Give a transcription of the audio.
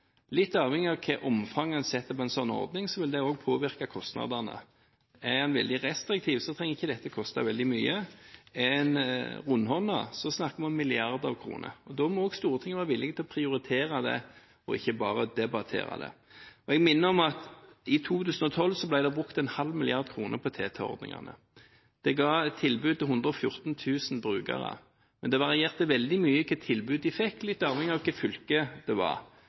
Litt avhengig av hvilket omfang en slik ordning får, vil det også påvirke kostnadene. Er en veldig restriktiv, trenger ikke dette å koste veldig mye. Er en rundhåndet, snakker vi om milliarder av kroner. Da må også Stortinget være villig til å prioritere det og ikke bare debattere det. Jeg minner om at det i 2012 ble brukt en halv milliard kroner på TT-ordningene. Det ga et tilbud til 114 000 brukere, men det varierte veldig mye hva slags tilbud de fikk, litt avhengig av fylke. Og det